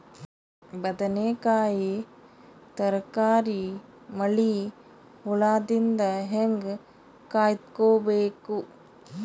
ಬದನೆಕಾಯಿ ತರಕಾರಿ ಮಳಿ ಹುಳಾದಿಂದ ಹೇಂಗ ಕಾಯ್ದುಕೊಬೇಕು?